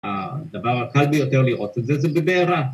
‫הדבר הקל ביותר לראות את זה ‫זה בבעירה.